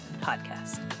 Podcast